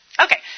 Okay